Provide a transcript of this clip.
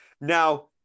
Now